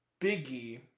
Biggie